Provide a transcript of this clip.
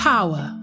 Power